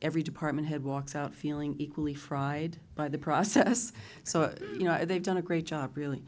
every department head walks out feeling equally fried by the process so you know they've done a great job really